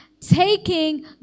taking